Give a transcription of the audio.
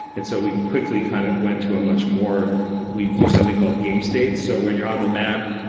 and so, we quickly kind of went to a much more we do something called game state. so, when you're on the map,